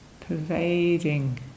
pervading